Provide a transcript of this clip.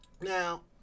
Now